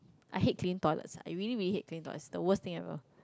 I hate clean toilets ah I really really hate clean toilet the worst thing ever